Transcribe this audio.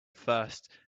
first